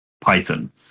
python